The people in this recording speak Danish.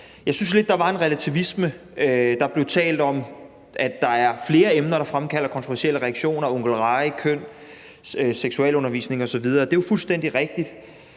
Jeg synes lidt, at der var en relativisme. Der blev talt om, at der er flere emner, der fremkalder kontroversielle reaktioner: Onkel Reje, køn, seksualundervisning osv. Det er jo fuldstændig rigtigt,